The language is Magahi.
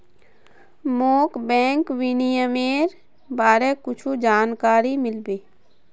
मोक बैंक विनियमनेर बारे कुछु जानकारी मिल्बे की